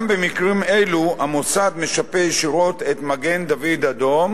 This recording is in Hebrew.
גם במקרים אלו המוסד משפה ישירות את מגן-דוד-אדום,